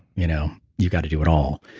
you know you've got to do it all.